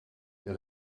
der